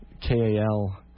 KAL